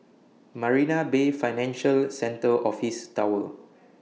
Marina Bay Financial Centre Office Tower